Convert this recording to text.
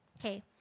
okay